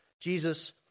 Jesus